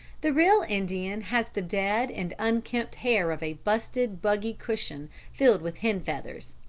the real indian has the dead and unkempt hair of a busted buggy-cushion filled with hen feathers.